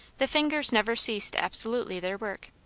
the fingers never ceased absolutely their work.